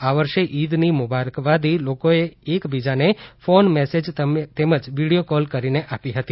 આ વર્ષે ઈદની મુબારકબાદી લોકો એકબીજાને ફોન મેસેજ તેમજ વિડીયો કોલ કરી આપી હતી